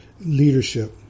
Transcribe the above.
leadership